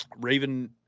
Raven